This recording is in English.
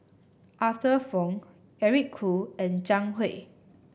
Arthur Fong Eric Khoo and Zhang Hui